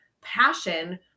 passion